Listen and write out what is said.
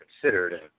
considered